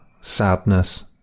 sadness